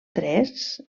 tres